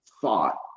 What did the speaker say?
thought